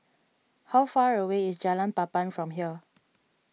how far away is Jalan Papan from here